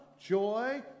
joy